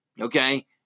Okay